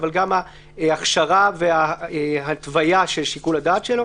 אבל גם ההכשרה וההתוויה של שיקול הדעת שלו.